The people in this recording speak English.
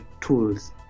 tools